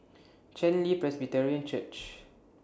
Chen Li Presbyterian Church